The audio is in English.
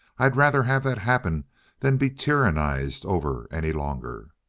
i'd rather have that happen than be tyrannized over any longer.